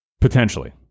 Potentially